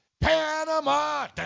Panama